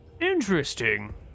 Interesting